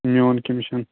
میٛون کٔمِشَن